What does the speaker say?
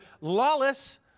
lawless